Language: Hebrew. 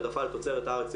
העדפה לתוצרת הארץ.